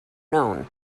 known